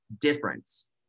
difference